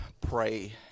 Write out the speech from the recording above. pray